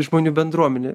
žmonių bendruomenė